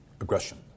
aggression